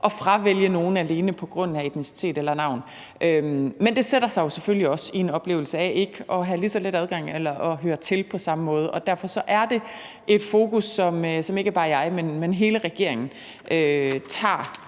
at fravælge nogle alene på grund af etnicitet eller navn. Men det sætter sig jo selvfølgelig også i en oplevelse af ikke at have lige så let adgang eller at høre til på samme måde som andre, og derfor er det et fokus, som ikke bare jeg, men hele regeringen tager